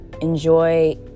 enjoy